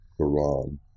Quran